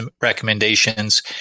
recommendations